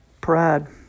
Pride